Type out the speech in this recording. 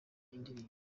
indirimbo